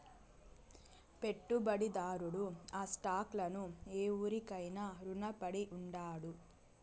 పెట్టుబడిదారుడు ఆ స్టాక్ లను ఎవురికైనా రునపడి ఉండాడు